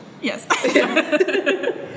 Yes